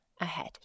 ahead